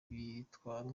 bigatwara